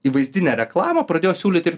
įvaizdinę reklamą pradėjo siūlyt ir